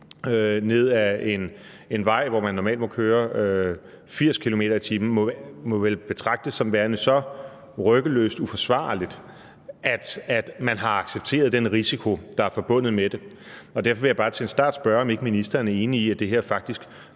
ned ad en vej, hvor man normalt må køre 80 km/t., må vel betragtes som værende så ryggesløst uforsvarligt, at man har accepteret den risiko, der er forbundet med det. Derfor vil jeg bare til en start spørge, om ikke ministeren er enig i, at det her faktisk